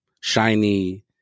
shiny